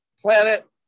planet